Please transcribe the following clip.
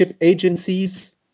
agencies